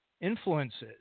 Influences